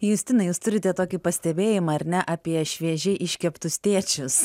justinai jūs turite tokį pastebėjimą ar ne apie šviežiai iškeptus tėčius